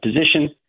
position